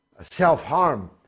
self-harm